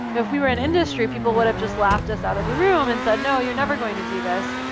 if we were an industry, people would have just laughed us out of the room and said, no. you're never going to do this.